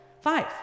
five